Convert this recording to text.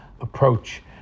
Approach